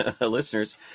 listeners